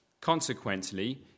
Consequently